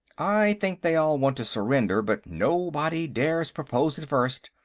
i think they all want to surrender, but nobody dares propose it first.